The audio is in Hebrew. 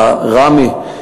ראמה,